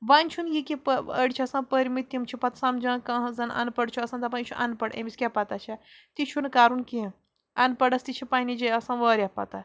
وۄنۍ چھُنہٕ یہِ کہِ أڑۍ چھِ آسان پٔرۍمٕتۍ تِم چھِ پَتہٕ سَمجان کانٛہہ زَنہٕ اَن پَڑھ چھُ آسان دَپان یہِ چھُ اَن پَڑھ أمِس کیٛاہ پَتہ چھےٚ تہِ چھُنہٕ کَرُن کیٚنٛہہ اَن پَڑھس تہِ چھِ پنٛنہِ جایہِ آسان واریاہ پَتہ